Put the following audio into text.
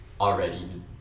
already